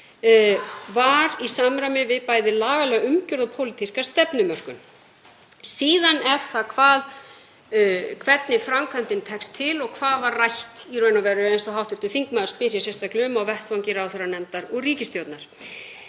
var í samræmi við bæði lagalega umgjörð og pólitíska stefnumörkun. Síðan er það hvað hvernig framkvæmdin tekst til og hvað var rætt í raun og veru, eins og hv. þingmaður spyr hér sérstaklega um, á vettvangi ráðherranefndar og ríkisstjórnar.